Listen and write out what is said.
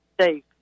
safe